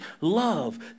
love